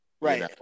Right